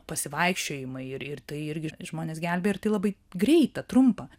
pasivaikščiojimai ir ir tai irgi žmones gelbėja ir tai labai greita trumpa